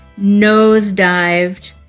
nosedived